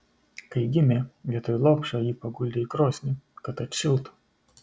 kai gimė vietoj lopšio jį paguldė į krosnį kad atšiltų